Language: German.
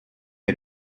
der